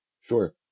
Sure